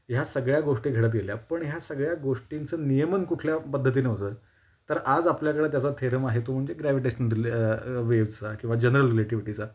ह्या सगळ्या गोष्टी घडत गेल्या पण ह्या सगळ्या गोष्टींचं नियमन कुठल्या पद्धतीने होतं तर आज आपल्याकडं त्याचा थेरम आहे तो म्हणजे ग्रॅविटेशनल दिल वेव्हचा किंवा जनरल रिलेटिव्हिटीचा